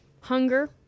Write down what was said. Hunger